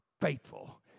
Faithful